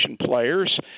players